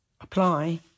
apply